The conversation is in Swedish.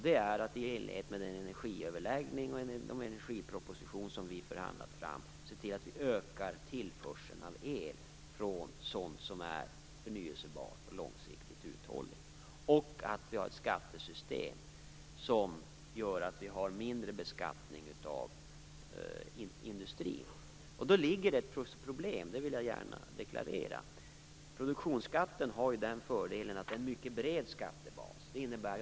Det är att i enlighet med energiöverläggningen och den energiproposition som vi förhandlat fram, se till att vi ökar tillförseln av el från sådant som är förnybart och långsiktigt uthålligt, och att vi har ett skattesystem som gör att vi har mindre beskattning av industrin. Då finns det ett problem, det vill jag gärna deklarera. Produktionsskatten har den fördelen att det är en mycket bred skattebas.